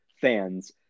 fans